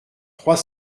trois